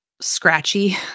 scratchy